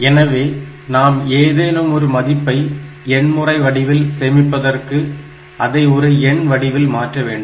எனவே நாம் ஏதேனும் ஒரு மதிப்பை எண்முறை வடிவில் சேமிப்பதற்கு அதை ஒரு எண் வடிவில் மாற்ற வேண்டும்